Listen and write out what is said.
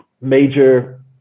major